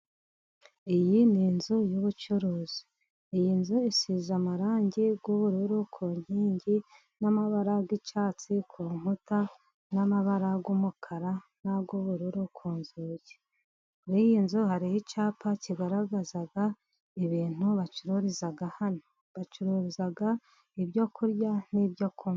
Iyi ni inzu y'ubucuruzi. Iyi nzu isize amarangi y'ubururu ku nkingi n'amabarara y'icyatsi ku nkuta, amabara y'umukara n'ubururu ku nzugi. Muri iyi nzu hariho icyapa kigaragaza ibintu bacururiza hano, bacuruza ibyo kurya n'ibyo kunywa.